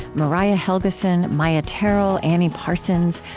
mariah helgeson, maia tarrell, annie parsons,